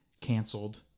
canceled